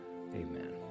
amen